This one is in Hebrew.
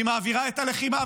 והיא מעבירה את הלחימה,